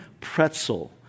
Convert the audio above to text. pretzel